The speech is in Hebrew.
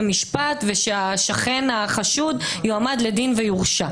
משפט ושהשכן החשוד יועמד לדין ויורשע.